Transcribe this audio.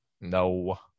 No